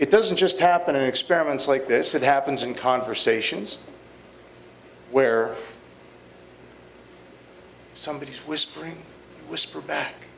it doesn't just happen in experiments like this that happens in conversations where somebody's whispering whisper back